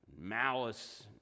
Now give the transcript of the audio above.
malice